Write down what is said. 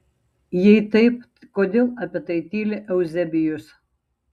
jei taip kodėl apie tai tyli euzebijus